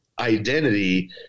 identity